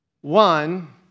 One